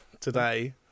today